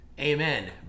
Amen